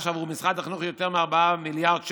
בעבור משרד החינוך יותר מ-4 מיליארד שקל.